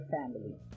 family